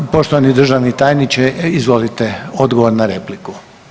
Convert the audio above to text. Poštovani državni tajniče, izvolite, odgovor na repliku.